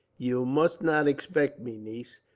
you must not expect me, niece,